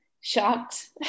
shocked